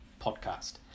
podcast